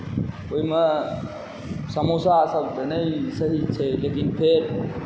ओहिमे समोसासभ तऽ नहि सही छै लेकिन फेर